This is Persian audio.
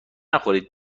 نخورید